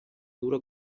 dura